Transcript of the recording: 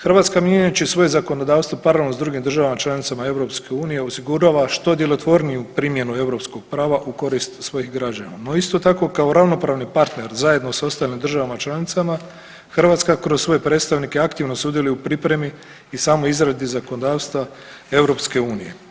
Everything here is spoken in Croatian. Hrvatska, mijenjajući svoje zakonodavstvo paralelno s drugim državama članicama EU osigurava što djelotvorniju primjenu europskog prava u korist svojih građana, no, isto tako, kao ravnopravni partner zajedno s ostalim državama članicama, Hrvatska kroz svoje predstavnike aktivno sudjeluju u pripremi i samoj izradi zakonodavstva EU.